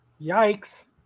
Yikes